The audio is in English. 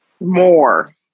More